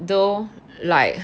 though like